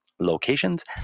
Locations